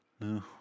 No